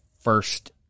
first